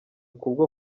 kubwo